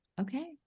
okay